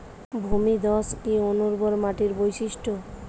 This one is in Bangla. ভূমিধস কি অনুর্বর মাটির বৈশিষ্ট্য?